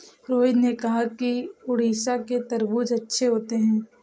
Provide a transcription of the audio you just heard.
रोहित ने कहा कि उड़ीसा के तरबूज़ अच्छे होते हैं